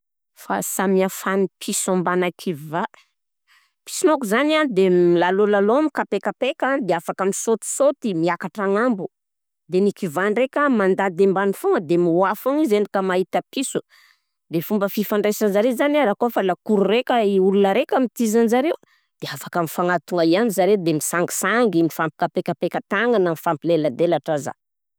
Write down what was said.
Fahasamihafan'ny piso mbana kivà: piso manko zany an de milalolôlalao, mikapekapeka, de afaka misôtisôty miakatra agnambo, de ny kivà ndraika mandady ambany foana de miwa foana izy endrika mahita piso, de fomba fifandraisanjareo zany an, raha kôfa lakoro raika, i olona raika mitiza anjareo de afaka mifagnatogna ihany zareo de misangisangy, mifampikapekapeka tàgnana de mifampilela-dela-draza.